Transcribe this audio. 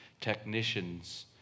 technicians